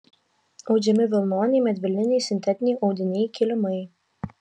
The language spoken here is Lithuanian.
audžiami vilnoniai medvilniniai sintetiniai audiniai kilimai